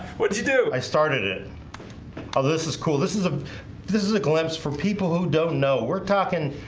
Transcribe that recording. what'd you do i started it oh, this is cool this is a this is a glimpse for people who don't know we're talking.